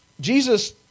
Jesus